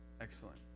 excellent